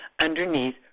underneath